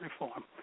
reform